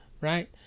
Right